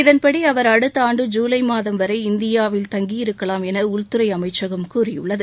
இதன்படி அவர் அடுத்த ஆண்டு ஜூலை மாதம் வரை இந்தியாவில் தங்கியிருக்கலாம் என உள்துறை அமைச்சகம் கூறியுள்ளது